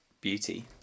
beauty